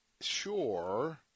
sure